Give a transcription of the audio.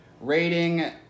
rating